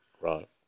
right